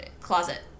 closet